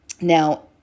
Now